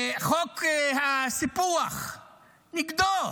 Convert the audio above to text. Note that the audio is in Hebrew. הכרה בטבח בכפר קאסם, חוק הסיפוח, נגד.